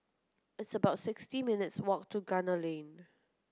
it's about sixty minutes' walk to Gunner Lane